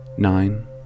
Nine